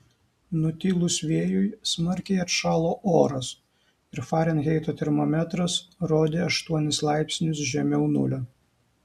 nutilus vėjui smarkiai atšalo oras ir farenheito termometras rodė aštuonis laipsnius žemiau nulio